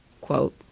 quote